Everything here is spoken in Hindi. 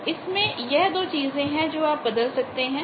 तो इसमें यह दो चीजें हैं जो आप बदल सकते हैं